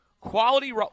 quality